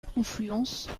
confluence